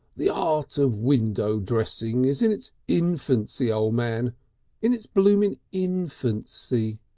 the art of window dressing is in its infancy, o' man in its blooming infancy.